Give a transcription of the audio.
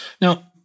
Now